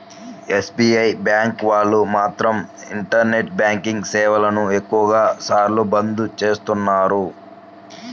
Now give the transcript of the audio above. SBI bank వాళ్ళు మాత్రం internet banking సేవలను ఎక్కువ సార్లు బంద్ చేస్తున్నారు